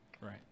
Right